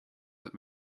that